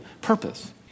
purpose